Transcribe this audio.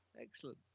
Excellent